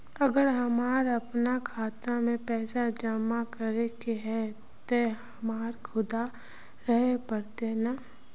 अगर हमर अपना खाता में पैसा जमा करे के है ते हमरा खुद रहे पड़ते ने?